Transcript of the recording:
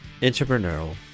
entrepreneurial